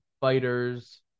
fighters